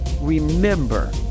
remember